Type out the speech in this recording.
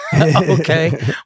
okay